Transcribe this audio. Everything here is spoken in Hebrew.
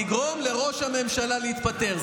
תגרום לראש הממשלה להתפטר.